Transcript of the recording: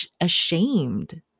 ashamed